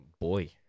boy